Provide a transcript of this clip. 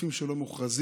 לחופים לא מוכרזים,